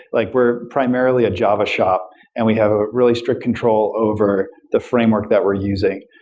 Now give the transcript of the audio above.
like we're primarily a java shop and we have a really strict control over the framework that we're using.